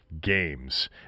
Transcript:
Games